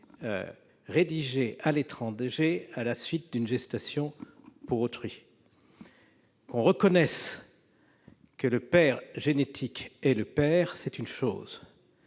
rédigés à l'étranger à la suite d'une gestation pour autrui. Qu'on reconnaisse que le père génétique est le père, c'est une chose